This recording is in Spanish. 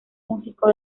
músico